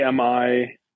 ami